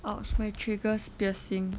!ouch! my tragus piercing